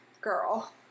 Girl